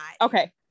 Okay